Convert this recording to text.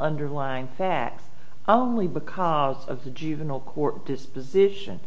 underlying facts only because of the juvenile court disposition